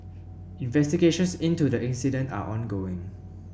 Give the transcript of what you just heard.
investigations into the incident are ongoing